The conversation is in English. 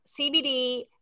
CBD